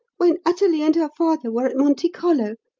when athalie and her father were at monte carlo.